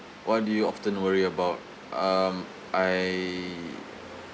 what do you often worry about um I